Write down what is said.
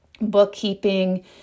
bookkeeping